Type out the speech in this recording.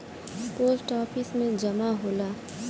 post office में जमा होला